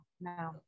no